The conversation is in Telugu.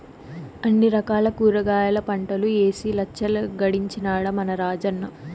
అన్ని రకాల కూరగాయల పంటలూ ఏసి లచ్చలు గడించినాడ మన రాజన్న